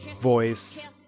voice